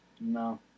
No